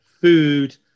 food